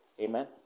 Amen